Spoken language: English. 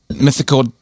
Mythical